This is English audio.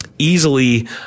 easily